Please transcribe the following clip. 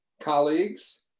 colleagues